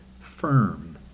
firm